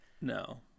No